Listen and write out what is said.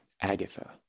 Agatha